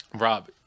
Rob